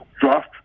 Draft